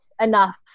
enough